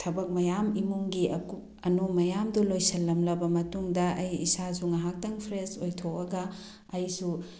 ꯊꯕꯛ ꯃꯌꯥꯝ ꯏꯃꯨꯡꯒꯤ ꯑꯀꯨꯞ ꯑꯅꯣꯝ ꯃꯌꯥꯝꯗꯨ ꯂꯣꯏꯁꯤꯜꯂꯝꯂꯕ ꯃꯇꯨꯡꯗ ꯑꯩ ꯏꯁꯥꯁꯨ ꯉꯥꯏꯍꯥꯛꯇꯪ ꯐ꯭ꯔꯦꯁ ꯑꯣꯏꯊꯣꯛꯑꯒ ꯑꯩꯁꯨ